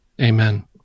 Amen